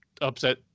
upset